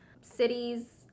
cities